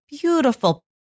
beautiful